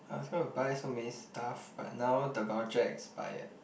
I was going to buy so many stuff but now the voucher expired